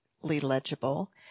legible